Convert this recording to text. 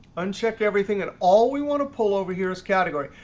uncheck everything. and all we want to pull over here is category.